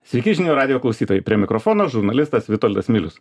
sveiki žinių radijo klausytojai prie mikrofono žurnalistas vitoldas milius